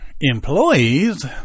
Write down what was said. employees